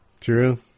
True